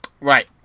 Right